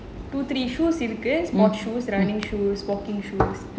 two three shoes in case sports shoes running shoes walking shoes